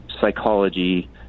psychology